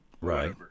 Right